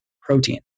protein